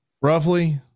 roughly